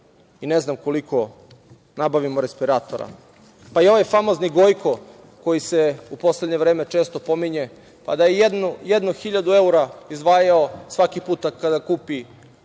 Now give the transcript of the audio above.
i ne znam koliko nabavimo respiratora. Pa, i ovaj famozni Gojko, koji se u poslednje vreme često pominje, da je jednu hiljadu evra izdvajao svaki put kada kupi jedan